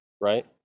right